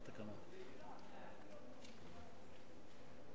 ההצעה להעביר את הנושא לוועדת הכספים נתקבלה.